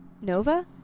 Nova